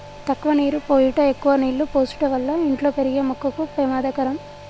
తక్కువ నీరు పోయుట ఎక్కువ నీళ్ళు పోసుట వల్ల ఇంట్లో పెరిగే మొక్కకు పెమాదకరం